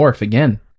again